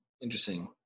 Interesting